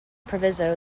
proviso